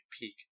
peak